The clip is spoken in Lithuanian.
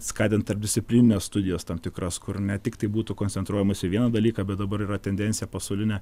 skatint tarpdisciplinines studijas tam tikras kur ne tik tai būtų koncentruojamasi į vieną dalyką bet dabar yra tendencija pasaulinė